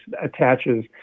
attaches